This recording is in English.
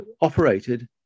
operated